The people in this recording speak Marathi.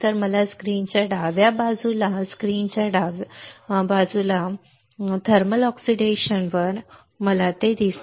तर मला स्क्रीनच्या डाव्या बाजूला स्क्रीनच्या डाव्या बाजूला दिसल्यास थर्मल ऑक्सिडेशन वर मला जे दिसते